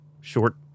short